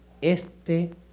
Este